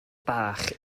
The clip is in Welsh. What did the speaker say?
bach